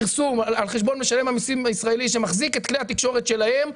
פרסום על חשבון משלם המיסים הישראלי שמחזיק את כלי התקשורת שלהם,